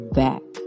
back